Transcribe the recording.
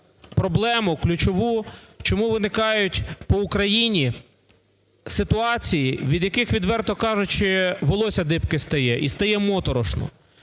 проблему ключову, чому виникають по Україні ситуації, від яких, відверто кажучи, волосся дибки стає і стає моторошно.